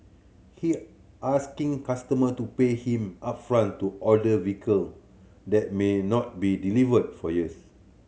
he asking customer to pay him upfront to order vehicle that may not be delivered for years